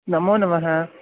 नमो नमः